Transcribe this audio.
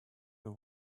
but